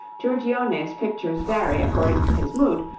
giorgione's pictures vary according to his mood,